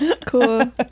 cool